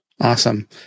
Awesome